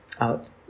out